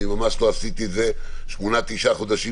ממש לא עשיתי את זה שמונה-תשעה חודשים